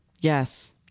yes